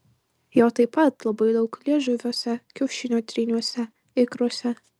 jo taip pat labai daug liežuviuose kiaušinio tryniuose ikruose